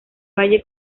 valle